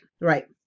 Right